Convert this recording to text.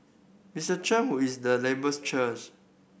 Mister Chan who is the labour's church